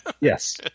Yes